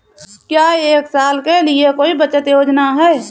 क्या एक साल के लिए कोई बचत योजना है?